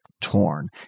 Torn